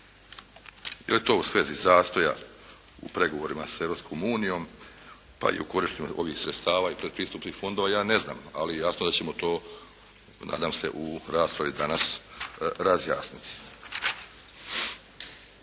Je li to u svezi zastoja u pregovorima sa Europskom unijom, pa i u korištenju ovih sredstava i predpristupnih fondova, ja ne znam, ali jasno da ćemo to, nadam se, u raspravi dana razjasniti.